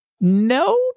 No